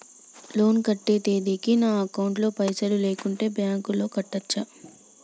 Loan కట్టే తేదీకి నా అకౌంట్ లో పైసలు లేకుంటే బ్యాంకులో కట్టచ్చా?